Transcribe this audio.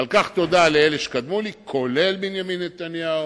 ועל כך תודה לאלה שקדמו לי, לרבות בנימין נתניהו.